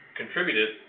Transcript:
contributed